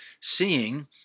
seeing